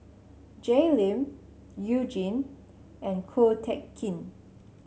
Jay Lim You Jin and Ko Teck Kin